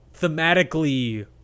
thematically